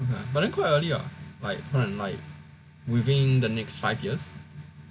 but then quite early [what] like within the next five years